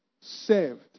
saved